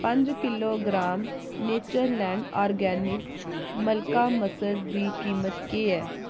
पंज kilogram Natureland Organics मलका मसर दी कीमत केह् ऐ